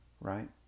right